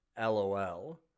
LOL